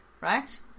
right